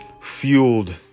fueled